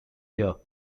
here